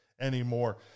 anymore